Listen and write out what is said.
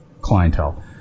clientele